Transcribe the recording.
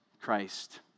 Christ